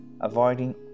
avoiding